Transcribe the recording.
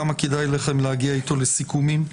כמה כדאי לכם להגיע איתו לסיכומים?